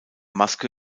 maske